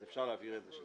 אז אפשר להבהיר את זה,